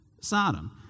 Sodom